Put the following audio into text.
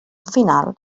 final